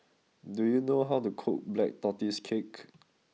do you know how to cook Black Tortoise Cake